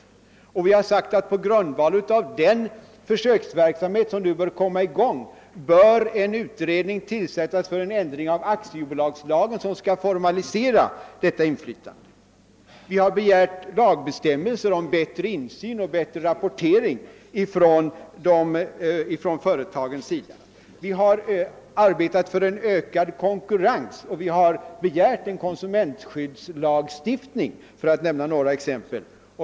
Vi har vidare hävdat att det på grundval av den försöksverksamhet, som nu bör komma i gång, bör tillsättas en utredning för en ändring av aktiebolagslagen som skall formalisera detta inflytande. Vi har önskat lagbestämmelser om bättre insyn i företagen och bättre rapportering från dem. Vi har arbetat för en ökad konkurrens, och vi har begärt en konsumentskyddslagstiftning, för att nämna några exempel.